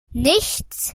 nichts